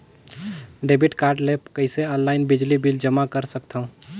Debit card ले कइसे online बिजली बिल जमा कर सकथव?